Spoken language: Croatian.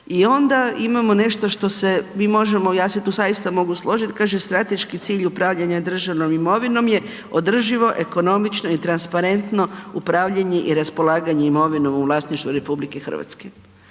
I onda imamo nešto što se, ja se zaista tu mogu složiti, kaže strateški cilj upravljanja državnom imovinom je održivo, ekonomično i transparentno upravljanje i raspolaganje imovinom u vlasništvu RH, rečenici